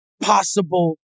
possible